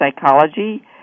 psychology